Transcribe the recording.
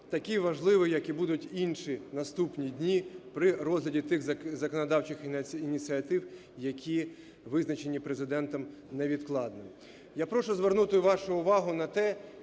такий важливий, як і будуть інші наступні дні при розгляді тих законодавчих ініціатив, які визначені Президентом невідкладними. Я прошу звернути вашу увагу на те,